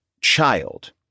child